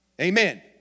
Amen